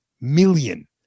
million